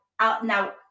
now